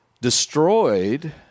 destroyed